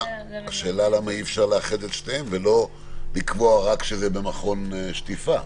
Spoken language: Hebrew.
השאלה למה אי אפשר לאחד את שניהם ולא לקבוע רק שזה במכון שטיפה?